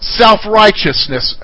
self-righteousness